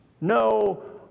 no